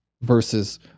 versus